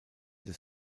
des